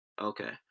Okay